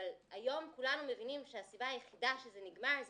אבל היום כולנו מבינים שהסיבה היחידה שזה נגמר היא